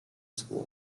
school